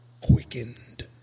quickened